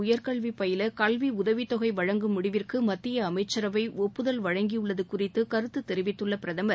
உயர்கல்வி பயில கல்வி உதவித்தொகை வழங்கும் முடிவிற்கு மத்திய அமைச்சரவை ஒப்புதல் வழங்கியுள்ளது குறித்து கருத்து தெரிவித்துள்ள பிரதமர்